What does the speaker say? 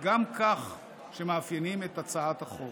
גם כך שמאפיינים את הצעת החוק.